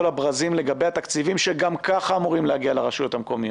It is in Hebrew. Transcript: הברזים לגבי התקציבים שגם ככה אמורים להגיע לרשויות המקומיות,